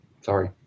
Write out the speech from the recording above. Sorry